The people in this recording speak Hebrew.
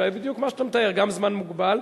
והיה בדיוק מה שאתה מתאר: גם זמן מוגבל,